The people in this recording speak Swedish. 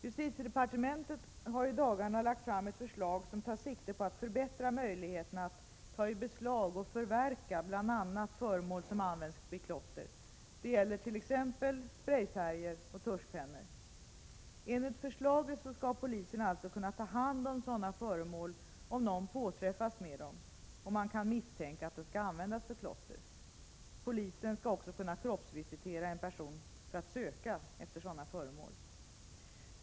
Justitiedepartementet har i dagarna lagt fram ett förslag som tar sikte på att förbättra möjligheterna att ta i beslag och förverka bl.a. föremål som används vid klotter. Det gäller t.ex. sprayfärger och tuschpennor. Enligt förslaget skall polisen alltså kunna ta hand om sådana föremål, om någon påträffas med dem och man kan misstänka att de skall användas för klotter. Polisen skall också kunna kroppsvisitera en person för att söka efter sådana föremål.